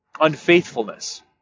unfaithfulness